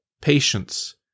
patience